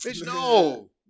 No